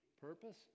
purpose